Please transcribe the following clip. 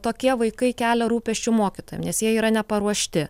tokie vaikai kelia rūpesčių mokytojam nes jie yra neparuošti